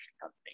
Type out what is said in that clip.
company